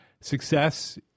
Success